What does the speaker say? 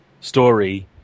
story